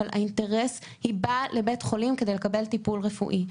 אבל האינטרס הוא שהיא באה לבית חולים כדי לקבל טיפול רפואי.